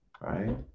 right